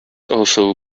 also